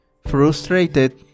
frustrated